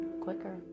quicker